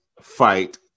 fight